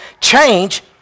change